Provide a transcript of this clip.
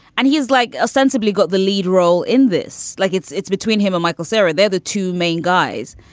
and he is like a sensibly got the lead role in this. like it's it's between him and michael sarah. they're the two main guys.